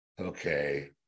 Okay